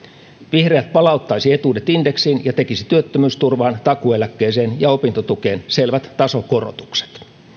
vihreät palauttaisivat etuudet indeksiin ja tekisivät työttömyysturvaan takuueläkkeeseen ja opintotukeen selvät tasokorotukset